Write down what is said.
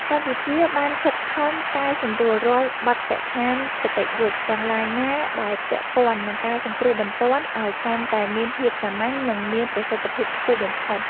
កម្ពុជាបានខិតខំកែសម្រួលរាល់បទដ្ឋានគតិយុត្តិទាំងឡាយណា ដែលពាក់ព័ន្ធនឹងការសង្គ្រោះបន្ទាន់ឱ្យកាន់តែមានភាពសាមញ្ញ និងមានប្រសិទ្ធភាពខ្ពស់បំផុត។